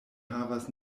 havas